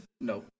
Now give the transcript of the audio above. no